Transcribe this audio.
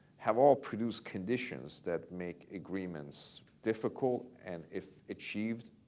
have all produced conditions that make agreements difficult and, if achieved,